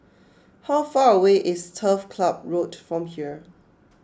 how far away is Turf Club Road from here